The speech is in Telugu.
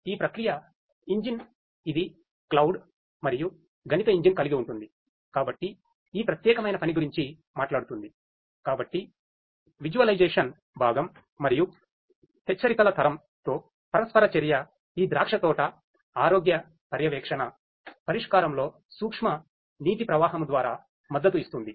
ఈ ప్రక్రియ ఇంజిన్ ఇది క్లౌడ్ భాగం మరియు హెచ్చరికల తరం తో పరస్పర చర్య ఈ ద్రాక్షతోట ఆరోగ్య పర్యవేక్షణ పరిష్కారంలోసూక్ష్మనీటి ప్రవాహము ద్వారా మద్దతు ఇస్తుంది